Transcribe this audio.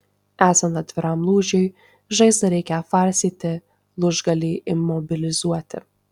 esant atviram lūžiui žaizdą reikia aptvarstyti lūžgalį imobilizuoti